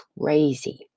crazy